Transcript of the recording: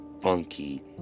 funky